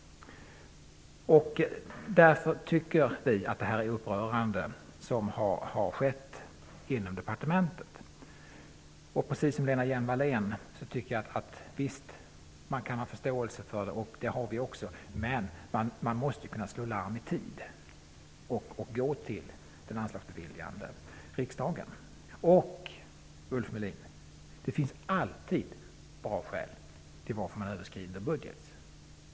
Vi tycker att det som har skett inom departementet är upprörande. Precis som Lena Hjelm-Wallén tycker jag att vi kan ha förståelse för att sådant händer, men man måste kunna slå larm i tid och gå till den anslagsbeviljande riksdagen. Och det finns, Ulf Melin, alltid bra skäl till att man överskrider en budget.